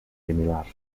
similars